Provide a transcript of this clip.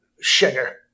Sugar